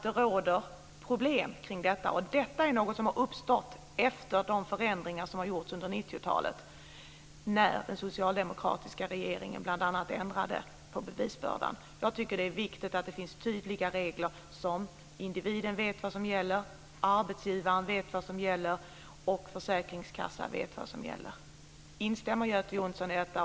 Det finns problem kring detta, och dessa problem har uppstått efter de förändringar som genomförts under 90-talet, bl.a. när den socialdemokratiska regeringen ändrade på bevisbördan. Jag tycker att det är viktigt att det finns tydliga regler så att individen vet vad som gäller, arbetsgivaren vet vad som gäller och försäkringskassan vet vad som gäller. Instämmer Göte Jonsson i detta?